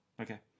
Okay